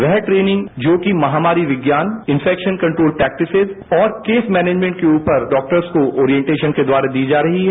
वह ट्रेनिंग जो कि महामारी विज्ञान और इन्फैक्शन कंट्रोल प्रैक्टिसिज और केसमैनेजमैंट के उपर डॉक्टर्स को ओरियेन्टेशन के द्वारा दी जा रही है